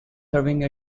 serving